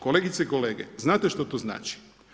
Kolegice i kolege, znate što to znači?